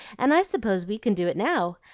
and i suppose we can do it now,